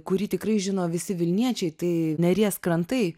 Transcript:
kurį tikrai žino visi vilniečiai tai neries krantai